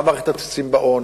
מה מערכת התמריצים בהון?